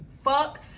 fuck